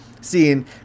seeing